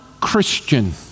Christian